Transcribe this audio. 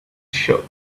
shop